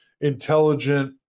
intelligent